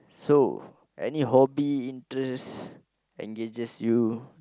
so any hobby interest engages you